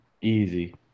easy